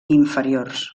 inferiors